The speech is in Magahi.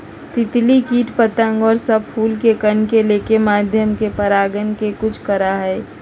तितली कीट पतंग और सब फूल के कण के लेके माध्यम से परागण के कुछ करा हई